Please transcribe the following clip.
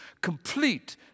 complete